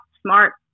smart